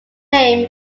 name